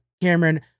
Cameron